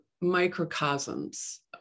microcosms